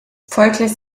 folglich